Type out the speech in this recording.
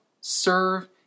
serve